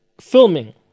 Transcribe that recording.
filming